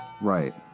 Right